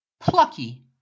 Plucky